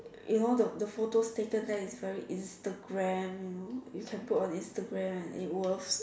you know the the photos taken there is very Instagram you know you can put on Instagram it will